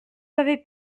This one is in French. avaient